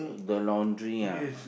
the laundry ah